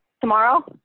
tomorrow